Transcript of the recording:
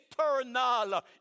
eternal